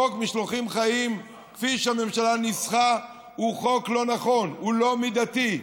חוק משלוחים חיים כפי שהממשלה ניסחה הוא חוק לא נכון: הוא לא מידתי,